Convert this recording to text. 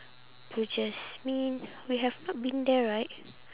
Blue Jasmine we have not been there right